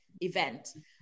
event